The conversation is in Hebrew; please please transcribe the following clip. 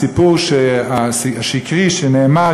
הסיפור השקרי שנאמר,